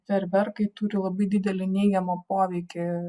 fejerverkai turi labai didelį neigiamą poveikį